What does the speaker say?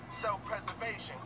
self-preservation